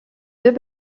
deux